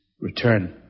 return